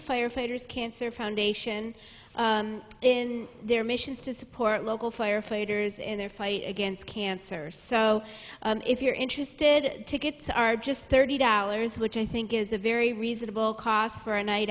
firefighters cancer foundation in their missions to support local firefighters in their fight against cancer so if you're interested tickets are just thirty dollars which i think is if very reasonable cost for a night